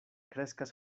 kreskas